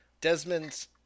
Desmond